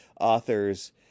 authors